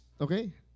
okay